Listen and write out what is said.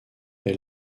est